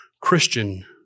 Christian